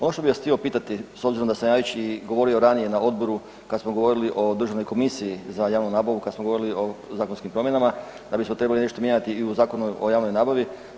Ono što bih vas htio pitati s obzirom da sam ja već i govorio ranije na odboru kad smo govorili o Državnoj komisiji za javnu nabavu, kad smo govorili o zakonskim promjenama da bismo nešto trebali mijenjati i u Zakonu o javnoj nabavi.